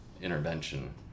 intervention